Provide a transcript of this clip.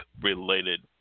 related